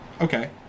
Okay